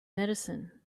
medicine